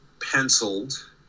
penciled